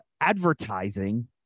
advertising